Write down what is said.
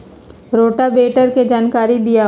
Rotavator के जानकारी दिआउ?